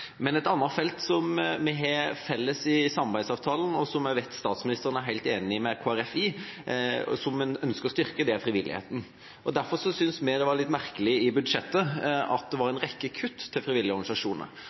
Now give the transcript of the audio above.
Men et annet felt som vi har felles i samarbeidsavtalen, som jeg vet statsministeren er helt enig med Kristelig Folkeparti om, og som en ønsker å styrke, det er frivilligheten. Derfor syntes vi det var litt merkelig at det i forslaget til budsjett var